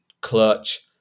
Clutch